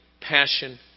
Passion